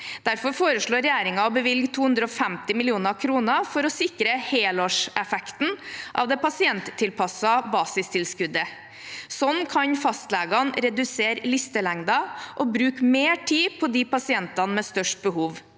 Derfor foreslår regjeringen å bevilge 250 mill. kr for å sikre helårseffekten av det pasienttilpassede basistilskuddet. Sånn kan fastlegene redusere listelengden og bruke mer tid på pasientene med størst behov.